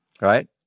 right